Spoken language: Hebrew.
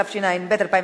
התשע"ב 2012,